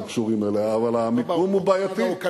אנחנו קשורים אליה, אבל המיקום הוא בעייתי.